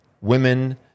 women